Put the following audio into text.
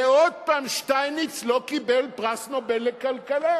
ועוד פעם שטייניץ לא קיבל פרס נובל לכלכלה.